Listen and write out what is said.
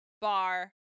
bar